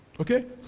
Okay